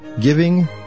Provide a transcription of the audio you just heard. giving